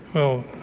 oh,